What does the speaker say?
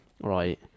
right